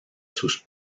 sus